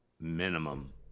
minimum